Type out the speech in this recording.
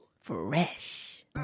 fresh